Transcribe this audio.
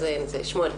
שמואל.